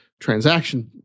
transaction